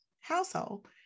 household